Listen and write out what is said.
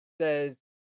says